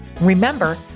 Remember